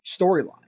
storyline